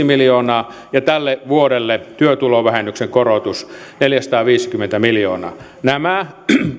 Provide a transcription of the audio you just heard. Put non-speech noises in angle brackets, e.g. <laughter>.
<unintelligible> miljoonaa ja tälle vuodelle työtulovähennyksen korotus neljäsataaviisikymmentä miljoonaa nämä